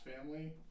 family